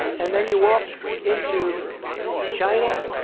and then you walk into china,